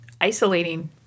isolating